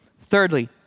Thirdly